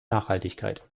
nachhaltigkeit